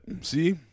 See